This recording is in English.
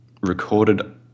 recorded